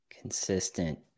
Consistent